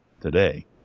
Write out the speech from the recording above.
today